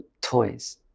toys